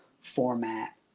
format